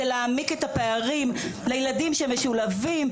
זה להעמיק את הפערים לילדים שמשולבים.